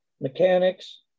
mechanics